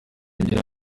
agira